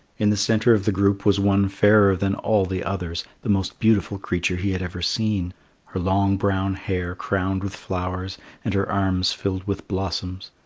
in the centre of the group was one fairer than all the others the most beautiful creature he had ever seen her long brown hair crowned with flowers and her arms filled with blossoms.